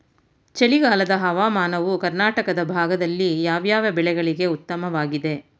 ಚಳಿಗಾಲದ ಹವಾಮಾನವು ಕರ್ನಾಟಕದ ಭಾಗದಲ್ಲಿ ಯಾವ್ಯಾವ ಬೆಳೆಗಳಿಗೆ ಉತ್ತಮವಾಗಿದೆ?